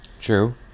True